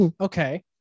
Okay